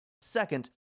Second